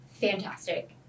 fantastic